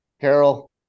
Carol